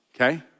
okay